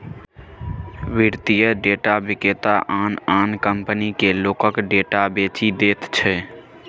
वित्तीय डेटा विक्रेता आन आन कंपनीकेँ लोकक डेटा बेचि दैत छै